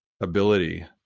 ability